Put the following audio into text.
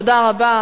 תודה רבה.